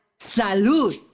salud